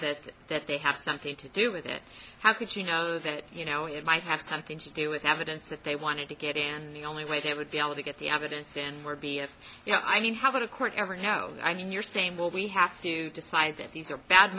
that that they have something to do with it how could you know that you know it might have something to do with evidence that they wanted to get in and the only way they would be able to get the evidence and would be if you know i mean how would a court ever know i mean you're saying well we have to decide that these are bad